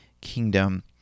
kingdom